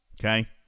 okay